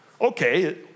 okay